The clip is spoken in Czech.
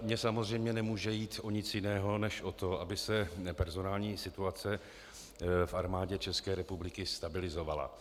Mně samozřejmě nemůže jít o nic jiného než o to, aby se personální situace v Armádě České republiky stabilizovala.